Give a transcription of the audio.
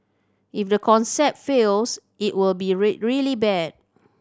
if the concept fails it will be really bad